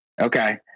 Okay